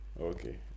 okay